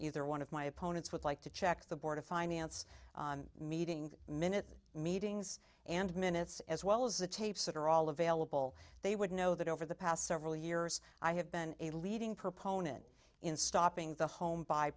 either one of my opponents would like to check the board of finance meeting minute meetings and minutes as well as the tapes that are all available they would know that over the past several years i have been a leading proponent in stopping the home by